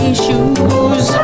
shoes